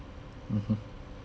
mmhmm